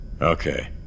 Okay